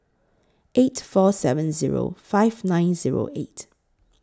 eight four seven Zero five nine Zero eight